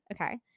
Okay